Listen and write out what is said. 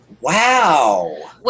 Wow